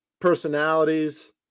personalities